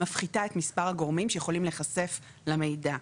מפחיתה את מספר הגורמים שיכולים להיחשף למידע.